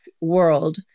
world